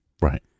Right